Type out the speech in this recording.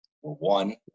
one